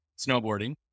snowboarding